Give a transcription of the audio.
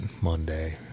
Monday